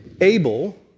Abel